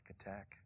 attack